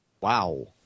Wow